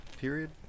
Period